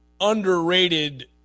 underrated –